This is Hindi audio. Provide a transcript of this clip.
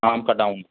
आम का डाउन